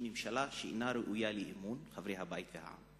ממשלה שאינה ראויה לאמון חברי הבית והעם.